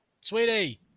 sweetie